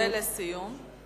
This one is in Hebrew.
ולסיום?